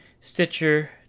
Stitcher